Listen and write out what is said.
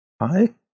Hi